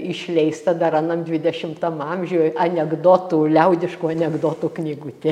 išleista dar anam dvidešimtam amžiuj anekdotų liaudiškų anekdotų knygutė